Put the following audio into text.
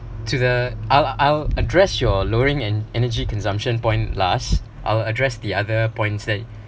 to the I'll I'll address your lowering in energy consumption point last I’ll address the other points said